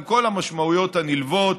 עם כל המשמעויות הנלוות,